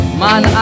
man